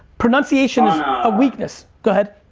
pronunciation is a weakness, go ahead.